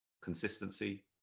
consistency